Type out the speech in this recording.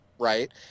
Right